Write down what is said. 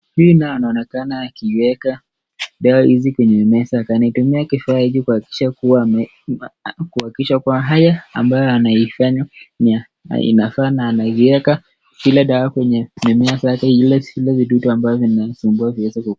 Huyu naye anaonekana akiweka dawa hizi kwenye mimea zake. Anatumia kifaa hiki kuhakikisha kuwa haya ambayo anaifanya inafaa na anazieka zile dawa kwenye mimea zake ili zile vidudu ambavyo vinaishi viweze